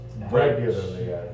Regularly